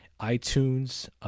iTunes